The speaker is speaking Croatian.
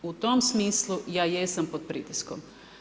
U tom smislu ja jesam pod pritiskom.